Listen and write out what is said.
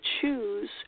choose